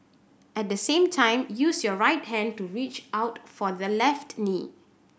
at the same time use your right hand to reach out for the left knee